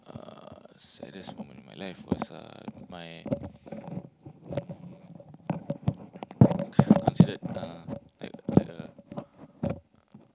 uh saddest moment in my life was uh my um considered uh like like a